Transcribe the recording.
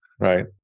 Right